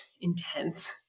intense